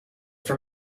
for